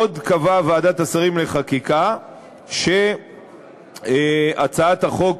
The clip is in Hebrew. עוד קבעה ועדת השרים לחקיקה שהצעת החוק